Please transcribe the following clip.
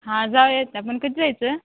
हां जाऊयात ना पण कधी जायचं